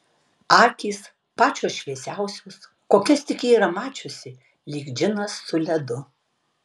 akys pačios šviesiausios kokias tik ji yra mačiusi lyg džinas su ledu